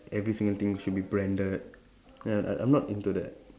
every single thing should be branded ya I I'm not into that